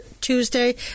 Tuesday